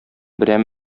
берәм